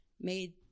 made